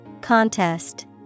Contest